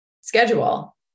schedule